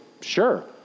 sure